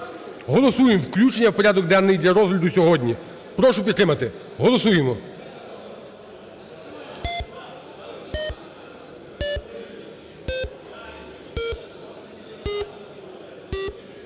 Голосуємо включення в порядок денний для розгляду сьогодні. Прошу підтримати. Голосуємо. 13:10:52